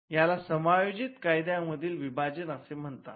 याला समायोजित कायद्या मधील विभाजन असे म्हणतात